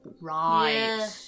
Right